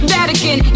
Vatican